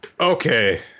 okay